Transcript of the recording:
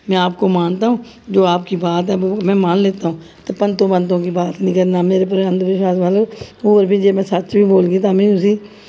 में आपको मानता हूं जो आपकी बात ऐ बो में मान लेता हूं ते पन्तो की बात नेईं करना मेरे उपर अंधविश्वास मतलब होर बी जे में सच्च बी बोलगी तां बी उसी